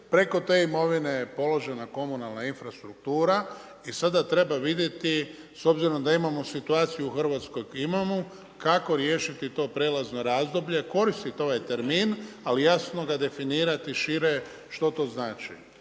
Preko te imovine, poležena komunalna infrastruktura i sada treba vidjeti, s obzirom da imamo situaciju u Hrvatskoj kako imamo, kako riješiti to prijelazno razdoblje, koristiti ovaj termin, ali ga jasno definirati šire što to znači?